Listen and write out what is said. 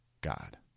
God